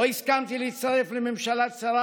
לא הסכמתי להצטרף לממשלה צרה,